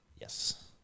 Yes